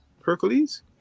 Hercules